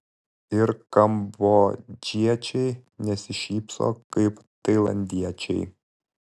ir kambodžiečiai nesišypso kaip tailandiečiai